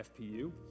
FPU